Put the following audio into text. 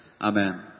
Amen